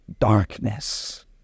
darkness